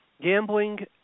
gambling